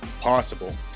possible